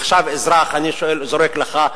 עכשיו אזרח, אני זורק לך,